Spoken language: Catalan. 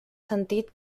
sentit